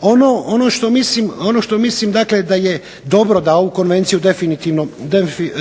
Ono što mislim, dakle da je dobro da ovu Konvenciju